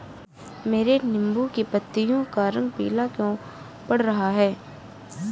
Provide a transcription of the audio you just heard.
मेरे नींबू की पत्तियों का रंग पीला क्यो पड़ रहा है?